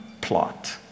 plot